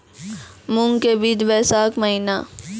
मूंग के बीज बैशाख महीना